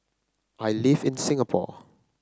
I live in Singapore